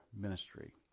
ministry